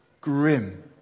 grim